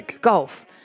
golf